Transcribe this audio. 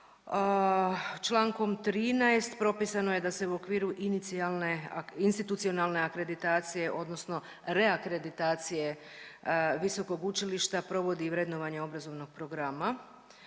Člankom 13. propisano je da se u okviru inicijalne, institucionalne akreditacije odnosno reakreditacije visokog učilišta provodi vrednovanje obrazovnog programa